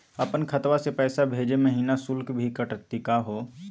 अपन खतवा से पैसवा भेजै महिना शुल्क भी कटतही का हो?